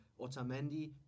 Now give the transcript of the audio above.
Otamendi